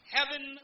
Heaven